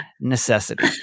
necessity